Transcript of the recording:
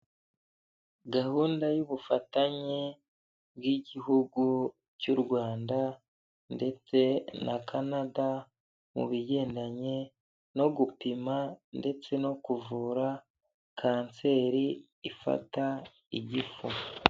Gahunda y'ubufatanye bw'igihugu cy'u Rwanda ndetse na Kanada mu bigendanye no gupima ndetse no kuvura kanseri ifata igifu.